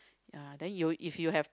ya then you if you have